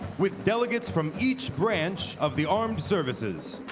with delegates from each branch of the armed services.